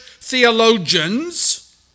theologians